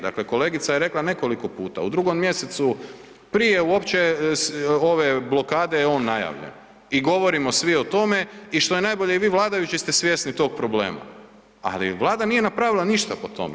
Dakle, kolegica je rekla nekoliko puta, u drugom mjesecu prije uopće ove blokade je on najavljen i govorimo svi o tome i što je najbolje i vi vladajući ste svjesni tog problema, ali Vlada nije napravila ništa po tome.